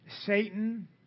Satan